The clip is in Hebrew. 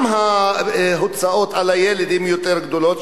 גם ההוצאות על הילד יותר גדולות,